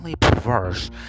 perverse